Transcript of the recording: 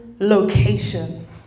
location